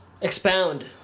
Expound